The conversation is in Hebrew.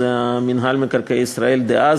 מינהל מקרקעי ישראל דאז,